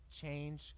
change